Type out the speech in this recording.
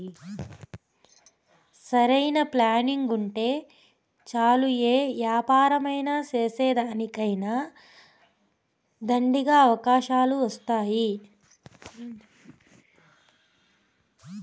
సరైన ప్లానింగుంటే చాలు యే యాపారం సేసేదానికైనా దండిగా అవకాశాలున్నాయి